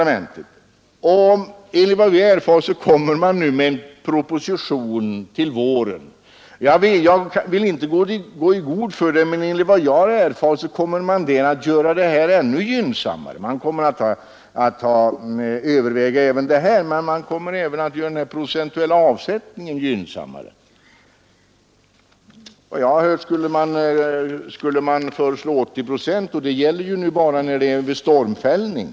Enligt uppgift kommer det en proposition till våren. Jag vill inte gå i god för uppgiften, men enligt vad jag erfarit så kommer där att föreslås ännu gynnsammare bestämmelser. Man överväger det här förslaget, men man kommer oc att göra den procentuella avsättningen gynnsammare. Efter vad jag har hört skulle man föreslå 80 procent, vilket för närvarande gäller bara i fråga om stormfälld skog.